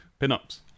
pinups